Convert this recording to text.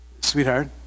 Sweetheart